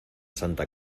santa